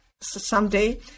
someday